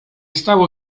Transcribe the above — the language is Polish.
stało